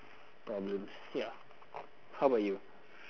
problems ya how about you